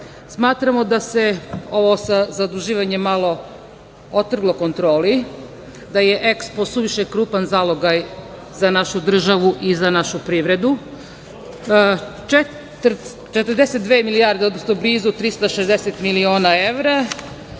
stadiona. Smatramo da se ovo sa zaduživanjem malo otrglo kontroli, da je EXPO suviše krupan zalogaj za našu državu i za našu privredu, 42 milijarde, odnosno blizu 360 miliona evra